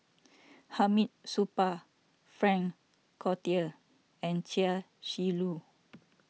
Hamid Supaat Frank Cloutier and Chia Shi Lu